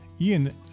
Ian